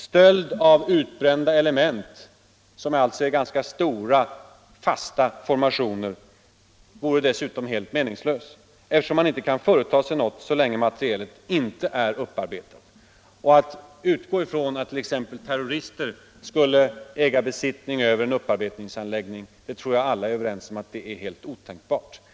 Stöld av utbrända element, som alltså är ganska stora, fasta formationer, vore dessutom helt meningslös, eftersom man inte kan företa sig något med dem, så länge materialet inte är upparbetat. Att t.ex. terrorister skulle komma i besittning av en upparbetningsanläggning är någonting helt otänkbart — det tror jag alla är överens om.